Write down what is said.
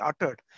uttered